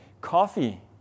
Coffee